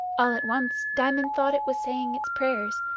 all at once diamond thought it was saying its prayers,